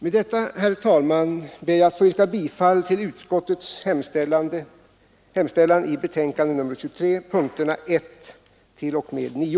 Med detta, herr talman, ber jag att få yrka bifall till utskottets hemställan i betänkande nr 23, punkterna 1—9.